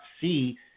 see –